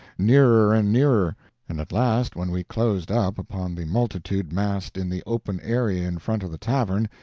nearer and nearer and at last, when we closed up upon the multitude massed in the open area in front of the tavern,